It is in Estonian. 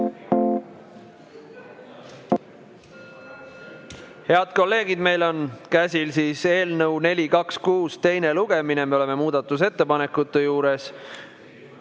Head kolleegid, meil on käsil eelnõu 426 teine lugemine, me oleme muudatusettepanekute juures.